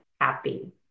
happy